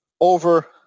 over